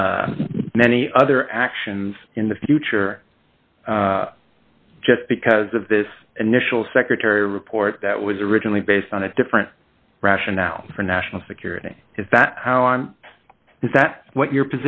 many other actions in the future just because of this initial secretary report that was originally based on a different rationale for national security is that how on is that what your